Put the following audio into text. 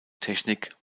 technik